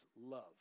love